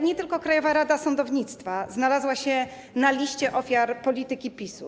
Nie tylko jednak Krajowa Rada Sądownictwa znalazła się na liście ofiar polityki PiS-u.